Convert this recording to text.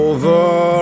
Over